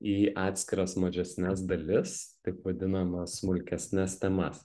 į atskiras mažesnes dalis taip vadinamas smulkesnes temas